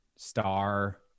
star